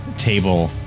table